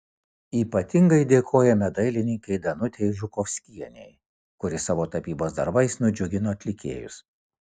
ypatingai dėkojame dailininkei danutei žukovskienei kuri savo tapybos darbais nudžiugino atlikėjus